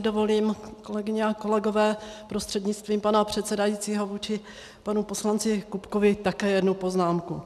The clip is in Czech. Dovolím si, kolegyně a kolegové, prostřednictvím pana předsedajícího vůči panu poslanci Kupkovi také jednu poznámku.